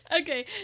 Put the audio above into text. okay